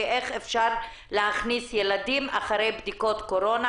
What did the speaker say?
ואיך אפשר להכניס ילדים אחרי בדיקות קורונה.